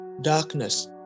darkness